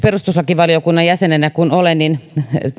perustuslakivaliokunnan jäsenenä kun olen niin yleensä esimerkiksi